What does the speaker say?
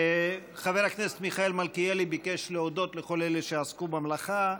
חבר הכנסת מיכאל מלכיאלי ביקש להודות לכל אלה שעסקו במלאכה,